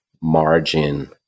margin